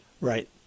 Right